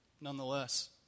nonetheless